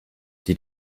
die